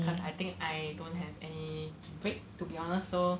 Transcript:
cause I think I don't have any break to be honest so